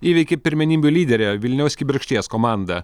įveikė pirmenybių lyderę vilniaus kibirkšties komandą